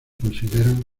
consideran